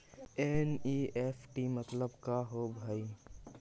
NEFT मतलब का होब हई?